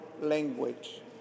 language